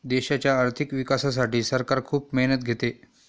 देशाच्या आर्थिक विकासासाठी सरकार खूप मेहनत घेते